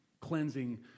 cleansing